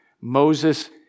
Moses